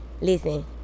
Listen